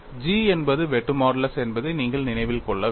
G என்பது வெட்டு modulus என்பதை நீங்கள் நினைவில் கொள்ள வேண்டும்